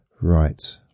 Right